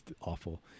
awful